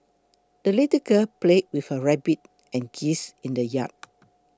the little girl played with her rabbit and geese in the yard